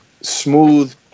smooth